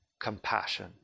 compassion